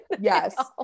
Yes